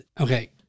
Okay